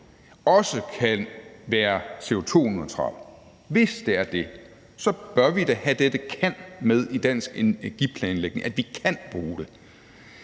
også kan være CO2-neutral – hvis det er det – så bør vi da have dette »kan« med i dansk energiplanlægning, altså at vi kan bruge det.